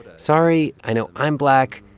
sorry i know i'm black,